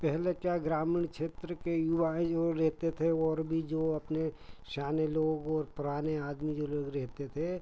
पहले क्या ग्रामीण क्षेत्र के युवाऍं जो रहते थे और भी जो अपने सयाने लोग और पुराने आदमी जो लोग रहते थे